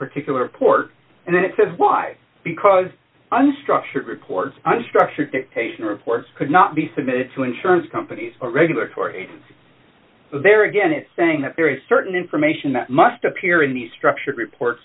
particular report and then it says why because unstructured records are structured dictation reports could not be submitted to insurance companies or regulatory there again is saying that there is certain information that must appear in the structure report